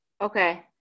Okay